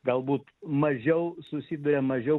galbūt mažiau susiduria mažiau